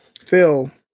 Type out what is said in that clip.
Phil